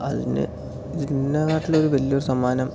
അതിനെ ഇതിനേക്കാട്ടിലൊരു വലിയൊരു സമ്മാനം